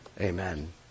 Amen